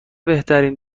بهترین